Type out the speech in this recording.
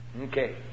Okay